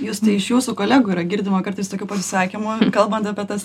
jūs iš jūsų kolegų yra girdima kartais tokių pasisakymų kalbant apie tas